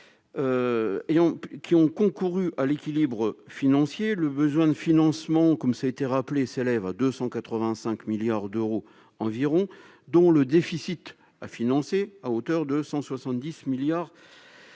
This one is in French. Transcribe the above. qui ont concouru à l'équilibre financier, le besoin de financement, comme ça été rappelé s'élève à 285 milliards d'euros environ, dont le déficit a financé à hauteur de 170 milliards d'euros